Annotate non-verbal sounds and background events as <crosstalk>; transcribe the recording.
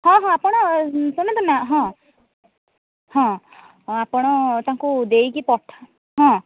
ହଁ ହଁ ଆପଣ <unintelligible> ନା ହଁ ହଁ ଆପଣ ତାଙ୍କୁ ଦେଇକି ପଠା ହଁ